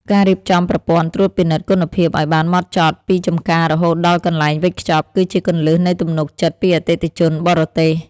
ការរៀបចំប្រព័ន្ធត្រួតពិនិត្យគុណភាពឱ្យបានហ្មត់ចត់ពីចម្ការរហូតដល់កន្លែងវេចខ្ចប់ គឺជាគន្លឹះនៃទំនុកចិត្តពីអតិថិជនបរទេស។